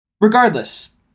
Regardless